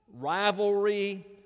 rivalry